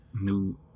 New